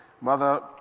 Mother